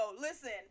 Listen